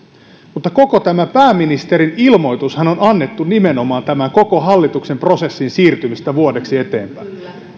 mutta koko tämä pääministerin ilmoitushan on annettu nimenomaan tämän koko hallituksen prosessin siirtymisestä vuodeksi eteenpäin